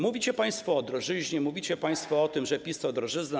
Mówicie państwo o drożyźnie, mówicie państwo o tym, że PiS to drożyzna.